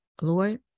Lord